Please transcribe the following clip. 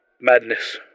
Madness